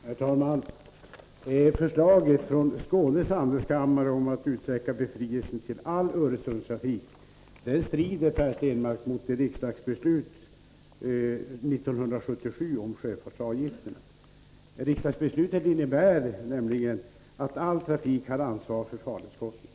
Herr talman! Förslaget från Skånes handelskammare om att utsträcka befrielsen till all Öresundstrafik strider, Per Stenmarck, mot riksdagsbeslutet 1977 om sjöfartsavgifterna. Riksdagsbeslutet innebär nämligen att all trafik har ansvar för farledskostnader.